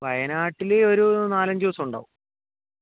വയനാട്ടിൽ ഒരു നാലഞ്ച് ദിവസം ഉണ്ടാവും